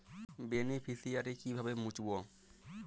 Beneficiary কিভাবে মুছব?